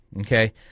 okay